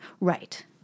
Right